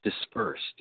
dispersed